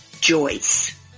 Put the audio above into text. Joyce